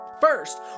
First